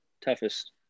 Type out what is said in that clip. toughest